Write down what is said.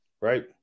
right